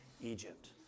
Egypt